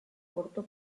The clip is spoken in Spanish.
corto